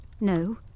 No